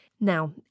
Now